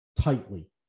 tightly